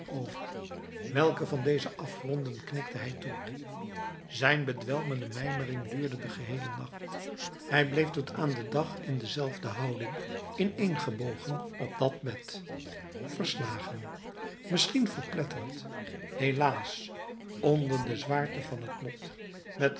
over welken van deze afgronden knikte hij toe zijn bedwelmende mijmering duurde den geheelen nacht hij bleef tot aan den dag in dezelfde houding ineengebogen op dat bed verslagen misschien verpletterd helaas onder de zwaarte van het lot met